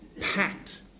packed